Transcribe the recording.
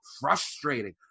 frustrating